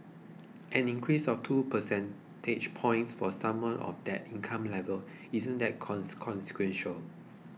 an increase of two percentage points for someone of that income level isn't that consequential